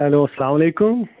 hello السلام علیکُم